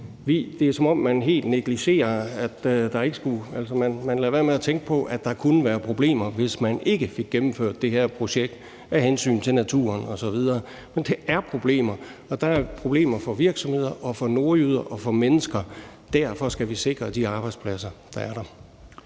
Det er, som om man helt negligerer og lader være med at tænke på, at der kunne være problemer, hvis man ikke fik gennemført det her projekt af hensyn til naturen osv. Men der er problemer. Der er problemer for virksomheder, for nordjyder og for mennesker. Derfor skal vi sikre de arbejdspladser, der er der.